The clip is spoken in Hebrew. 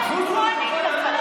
תחוסו לפחות על,